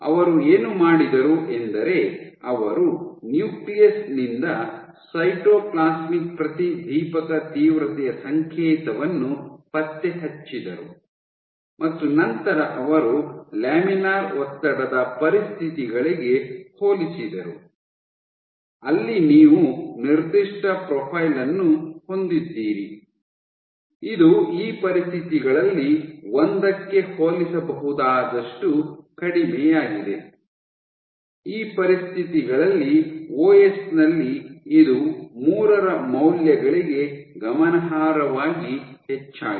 ಅವರು ಏನು ಮಾಡಿದರು ಎಂದರೆ ಅವರು ನ್ಯೂಕ್ಲಿಯಸ್ ನಿಂದ ಸೈಟೋಪ್ಲಾಸ್ಮಿಕ್ ಪ್ರತಿದೀಪಕ ತೀವ್ರತೆಯ ಸಂಕೇತವನ್ನು ಪತ್ತೆಹಚ್ಚಿದರು ಮತ್ತು ನಂತರ ಅವರು ಲ್ಯಾಮಿನಾರ್ ಒತ್ತಡದ ಪರಿಸ್ಥಿತಿಗಳಿಗೆ ಹೋಲಿಸಿದರು ಅಲ್ಲಿ ನೀವು ನಿರ್ದಿಷ್ಟ ಪ್ರೊಫೈಲ್ ಅನ್ನು ಹೊಂದಿದ್ದೀರಿ ಇದು ಈ ಪರಿಸ್ಥಿತಿಗಳಲ್ಲಿ ಒಂದಕ್ಕೆ ಹೋಲಿಸಬಹುದಾದಷ್ಟು ಕಡಿಮೆಯಾಗಿದೆ ಈ ಪರಿಸ್ಥಿತಿಗಳಲ್ಲಿ ಓಎಸ್ ನಲ್ಲಿ ಇದು ಮೂರರ ಮೌಲ್ಯಗಳಿಗೆ ಗಮನಾರ್ಹವಾಗಿ ಹೆಚ್ಚಾಗಿದೆ